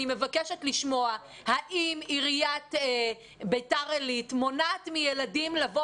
אני מבקשת לשמוע האם עיריית ביתר עילית מונעת מילדים לבוא